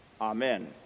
Amen